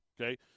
okay